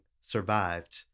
survived